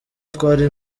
twari